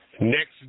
Next